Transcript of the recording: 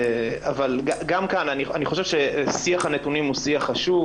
אני חושב ששיח הנתונים הוא שיח חשוב